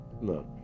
look